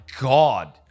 God